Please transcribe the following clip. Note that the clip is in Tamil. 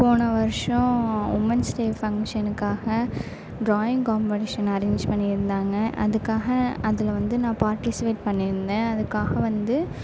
போன வருடம் உமன்ஸ் டே ஃபங்ஷனுகாக ட்ராயிங் காம்படிஷன் அரேன்ஜ் பண்ணியிருந்தாங்க அதுக்காக அதில் வந்து நான் பார்டிசிபேட் பண்ணியிருந்தேன் அதுக்காக வந்து